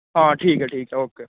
ਹਾਂ ਠੀਕ ਆ ਠੀਕ ਆ ਓਕੇ